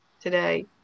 today